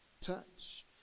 touch